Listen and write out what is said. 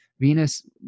Venus